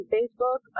Facebook